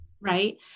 Right